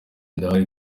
ndahari